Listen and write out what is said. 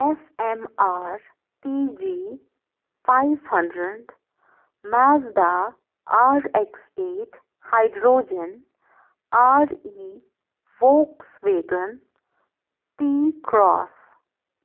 F M R T G five hundred Mazda R X eight hydrogen R E Volkswagen T cross